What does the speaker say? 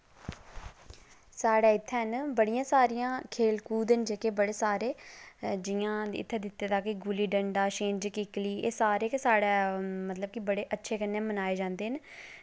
साढ़े इत्थें न बड़ियां सारियां खेल कूद न जेह्के बड़े सारे जियां इत्थें दित्ते दा गुल्ली डंडा छिंज कीकली एह् सारे गै साढ़ै मतलब कि बड़े अच्छे कन्नै मनाये जंदे न